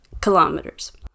kilometers